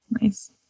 nice